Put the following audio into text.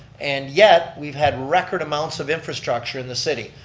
and yet, we've had record amounts of infrastructure in the city.